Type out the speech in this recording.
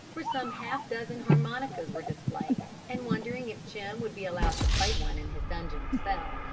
where some half-dozen harmonicas were displayed, and wondering if jim would be allowed to play one in his dungeon cell,